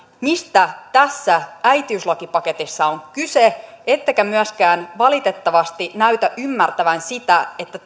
mistä tässä äitiyslakipaketissa on kyse ettekä myöskään valitettavasti näytä ymmärtävän sitä että